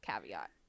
caveat